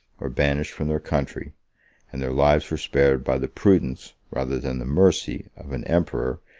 or banished from their country and their lives were spared by the prudence, rather than the mercy, of an emperor,